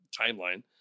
timeline